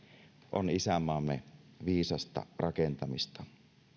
on isänmaamme viisasta rakentamista